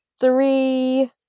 three